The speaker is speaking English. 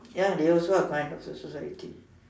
ya they also are a kind of society